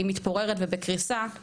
היא מתפוררת ובקריסה,